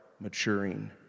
maturing